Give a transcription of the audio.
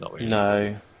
no